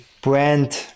brand